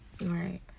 right